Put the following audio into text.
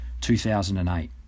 2008